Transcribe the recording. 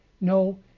No